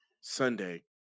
Sunday